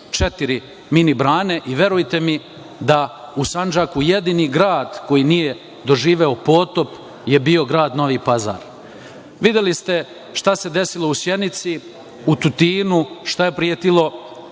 četiri mini brane i verujte mi da u Sandžaku jedini grad koji nije doživeo potop je Grad Novi Pazar. Videli ste šta se desilo u Sjenici, u Tutinu, šta je pretilo